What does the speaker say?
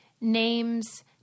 names